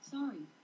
Sorry